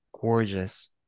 gorgeous